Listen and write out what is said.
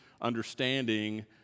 understanding